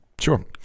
Sure